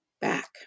back